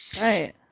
Right